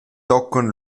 tochen